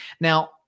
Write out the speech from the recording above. Now